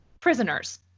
prisoners